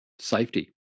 safety